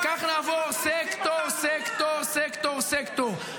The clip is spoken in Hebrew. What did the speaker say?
--- וכך נעבור סקטור-סקטור, סקטור-סקטור.